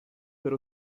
per